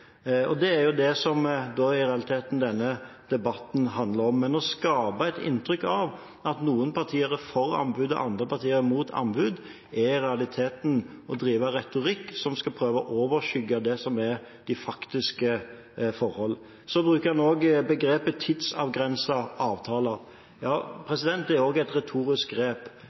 å skape et inntrykk av at noen partier er for anbud og andre partier er mot anbud, er i realiteten å drive med retorikk for å prøve å overskygge det som er de faktiske forhold. Så bruker en også begrepet «tidsavgrensete avtaler». Ja, det er også et retorisk grep,